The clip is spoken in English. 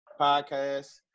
Podcast